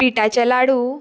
पिठाचे लाडू